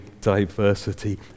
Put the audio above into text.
diversity